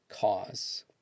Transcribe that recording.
Cause